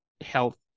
health